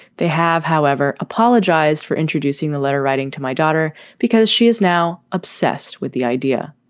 they have, however, apologized for introducing the letter writing to my daughter because she is now obsessed with the idea.